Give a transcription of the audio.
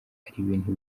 ibintu